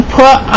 put